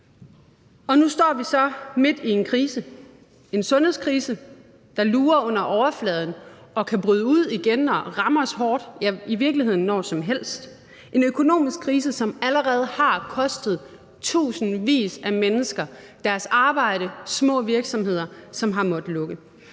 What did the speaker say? Og nu står vi så midt i en krise, en sundhedskrise, der lurer under overfladen og kan bryde ud igen og ramme os hårdt – i virkeligheden når som helst. Det er en økonomisk krise, som allerede har kostet tusindvis af mennesker deres arbejde og gjort, at små virksomheder har måttet lukke.